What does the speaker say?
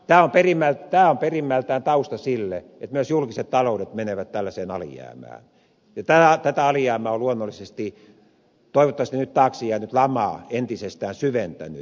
tämä on perimmältään tausta sille että myös julkiset taloudet menevät tällaiseen alijäämään ja tätä alijäämää on luonnollisesti toivottavasti nyt taakse jäänyt lama entisestään syventänyt